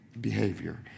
behavior